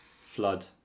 Flood